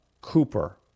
Cooper